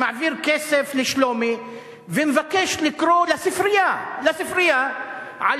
שמעביר כסף לשלומי ומבקש לקרוא לספרייה על